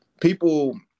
people